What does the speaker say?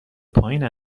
پایین